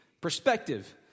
perspective